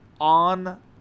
on